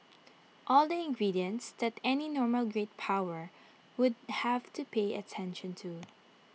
all the ingredients that any normal great power would have to pay attention to